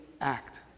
act